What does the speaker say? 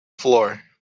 floor